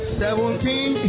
seventeen